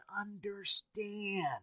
understand